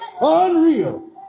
unreal